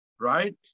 right